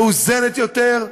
מאוזנת יותר,